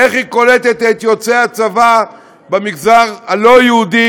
איך היא קולטת את יוצאי הצבא במגזר הלא-יהודי,